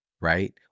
right